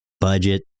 budget